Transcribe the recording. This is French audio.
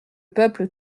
peuple